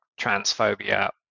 transphobia